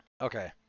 okay